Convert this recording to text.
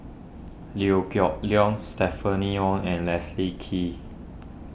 Liew Geok Leong Stephanie Wong and Leslie Kee